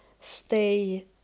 stay